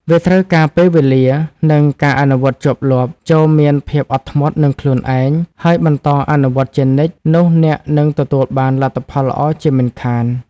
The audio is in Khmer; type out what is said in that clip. វាត្រូវការពេលវេលា និងការអនុវត្តន៍ជាប់លាប់ ចូរមានភាពអត់ធ្មត់នឹងខ្លួនឯង ហើយបន្តអនុវត្តជានិច្ចនោះអ្នកនឹងទទួលបានលទ្ធផលល្អជាមិនខាន។